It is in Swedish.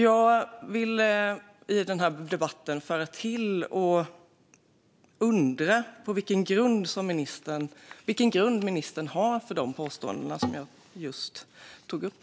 Jag undrar vilken grund ministern har för de påståenden jag just tog upp.